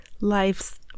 life's